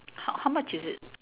how how much is it